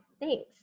Thanks